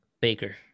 Baker